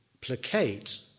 placate